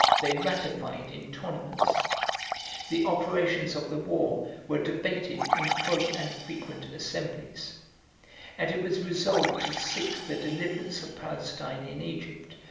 they ratified in tournaments the operations of the war were debated in full and frequent assemblies and it was resolved to seek the deliverance of palestine in egypt,